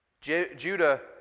Judah